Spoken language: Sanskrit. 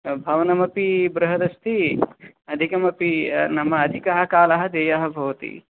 भवनमपि बृहदस्ति अधिकमपि नाम अधिकः कालः देयः भवति